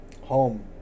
Home